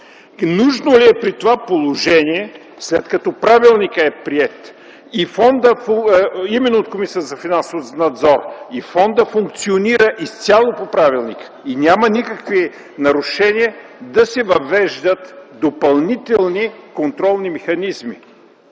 Нужно ли е при това положение, след като правилникът е приет именно от Комисията по финансов надзор и фондът функционира изцяло по правилника и няма никакви нарушения, да се въвеждат допълнителни контролни механизми?